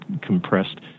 compressed